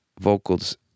vocals